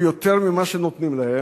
ויותר ממה שנותנים להם,